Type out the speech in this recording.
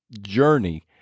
journey